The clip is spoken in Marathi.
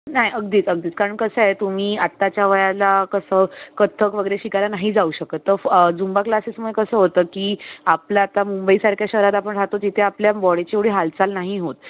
नाही अगदीच अगदीच कारण कसं आहे तुम्ही आत्ताच्या वयाला कसं कथ्थक वगैरे शिकायला नाही जाऊ शकत तर झुंबा क्लासेसमुळे कसं होतं की आपलं आता मुंबईसारख्या शहरात आपण राहतो तिथे आपल्या बॉडीची एवढी हालचाल नाही होत